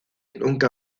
nunca